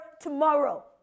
tomorrow